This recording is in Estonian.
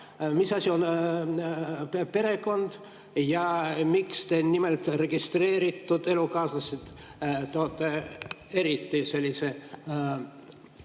Mis asi on perekond ja miks te nimelt registreeritud elukaaslased [panete] sellisesse